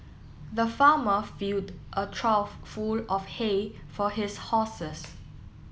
the farmer filled a trough full of hay for his horses